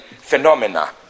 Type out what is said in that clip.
phenomena